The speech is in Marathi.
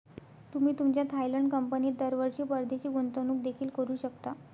तुम्ही तुमच्या थायलंड कंपनीत दरवर्षी परदेशी गुंतवणूक देखील करू शकता